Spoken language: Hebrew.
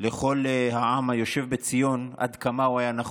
לכל העם היושב בציון עד כמה הוא היה נחוץ.